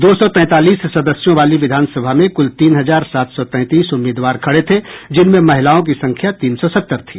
दो सौ तैंतालीस सदस्यों वाली विधानसभा में कुल तीन हजार सात सौ तैंतीस उम्मीदवार खड़े थे जिनमें महिलाओं की संख्या तीन सौ सत्तर थी